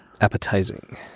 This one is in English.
Appetizing